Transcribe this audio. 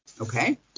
Okay